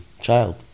child